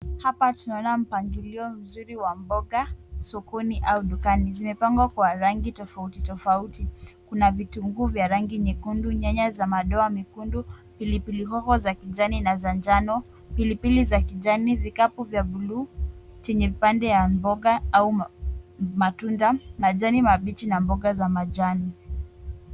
Hapa tunaona mpangilio mzuri wa mboga, sokoni, au dukani. Zimepangwa kwa rangi tofauti tofauti. Kuna vitunguu vya rangi nyekundu, nyanya za madoa mikundu, pilipili hoho za kijani na za njano, pilipili za kijani zikapu vya buluu, chenye pande ya mboga au matunda, na jani mabichi na mboga za majani.